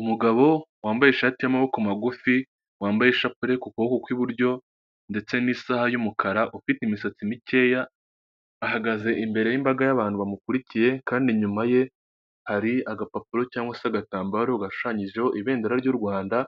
Umugabo wambaye ishati y'amaboko magufi, wambaye ishapule ku kuboko kw'iburyo ndetse n'isaha y'umukara, ufite imisatsi mikeya, ahagaze imbere y'imbaga y'abantu bamukurikiye kandi inyuma ye hari agapapuro cyangwa se agatambaro gashushanyijeho ibendera ry'Urwanda